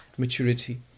maturity